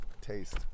taste